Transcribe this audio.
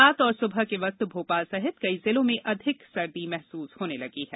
रात और सुबह के वक्त भोपाल सहित कई जिलों में अधिक सर्दी महसूस होने लगी है